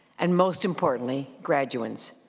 and most importantly, graduands.